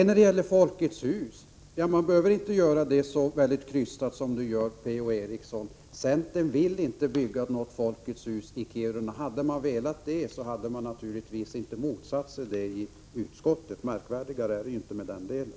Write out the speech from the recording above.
När det gäller Folkets hus behöver man inte göra det så krystat som P.-O. Eriksson gör: centern vill inte bygga något Folkets hus i Kiruna. Hade man velat det, hade man naturligtvis inte motsatt sig detta i utskottet. Märkvärdigare är det inte i den delen.